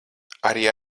arī